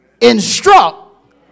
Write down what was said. instruct